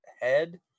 head